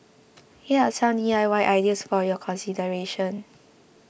here are some D I Y ideas for your consideration